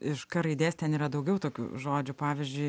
iš k raidės ten yra daugiau tokių žodžių pavyzdžiui